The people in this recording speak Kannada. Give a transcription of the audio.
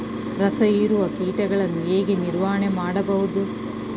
ರಸ ಹೀರುವ ಕೀಟಗಳನ್ನು ಹೇಗೆ ನಿರ್ವಹಣೆ ಮಾಡಬಹುದು?